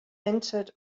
entered